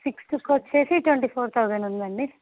సిక్స్త్కి వచ్చి twenty four thousand ఉందండి